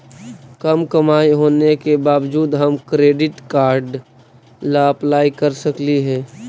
कम कमाई होने के बाबजूद हम क्रेडिट कार्ड ला अप्लाई कर सकली हे?